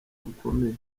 gukomeye